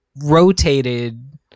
rotated